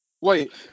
Wait